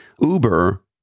Uber